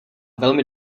velmi